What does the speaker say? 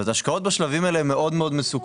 זאת אומרת השקעות בשלבים האלה הן מאוד מאוד מסוכנות